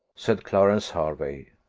said clarence hervey.